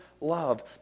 love